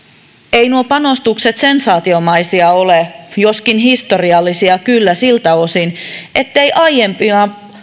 eivät nuo panostukset sensaatiomaisia ole joskin historiallisia kyllä siltä osin ettei aiempina